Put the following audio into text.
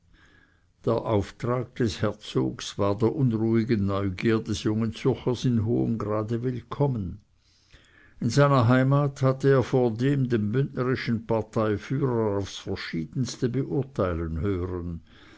der auftrag des herzogs war der unruhigen neugier des jungen zürchers in hohem grade willkommen in seiner heimat hatte er vordem den bündnerischen parteiführer aufs verschiedenste beurteilen hören